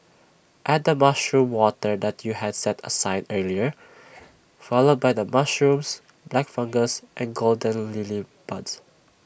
add the mushroom water that you had set aside earlier followed by the mushrooms black fungus and golden lily buds